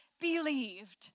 believed